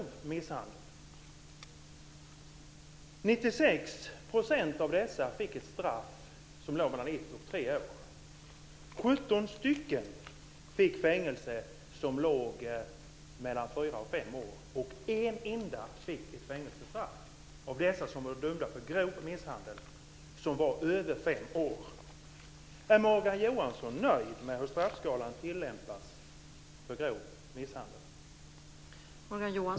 En enda av dem som dömdes för grov misshandel fick ett fängelsestraff om över 5 år. Är Morgan Johansson nöjd med hur straffskalan för grov misshandel tillämpas?